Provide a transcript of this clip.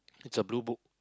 it's a blue book